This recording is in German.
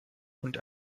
und